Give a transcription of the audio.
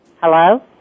Hello